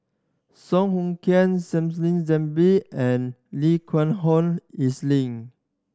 Song Hoot Kiam Salleh Japar and Lee Geck Hoon